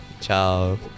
Ciao